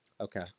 Okay